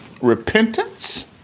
repentance